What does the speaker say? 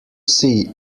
see